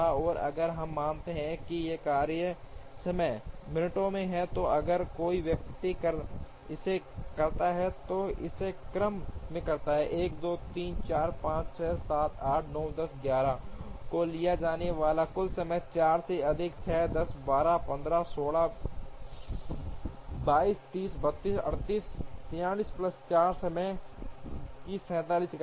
और अगर हम मानते हैं कि ये कार्य समय मिनटों में हैं तो अगर कोई व्यक्ति इसे करता है और इसे क्रम में करता है 1 2 3 4 5 6 7 8 9 10 11 तो लिया जाने वाला कुल समय 4 से अधिक 6 10 12 है 15 16 22 30 32 38 43 प्लस 4 समय की 47 इकाइयाँ